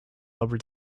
over